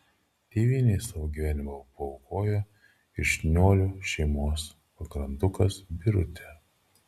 tėvynei savo gyvenimą paaukojo ir šniuolių šeimos pagrandukas birutė